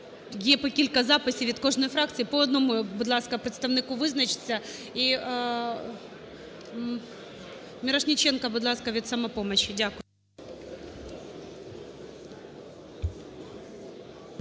Є по кілька записів від кожної фракції. По одному, будь ласка, представнику визначтеся. Мірошніченко, будь ласка, від "Самопомочі".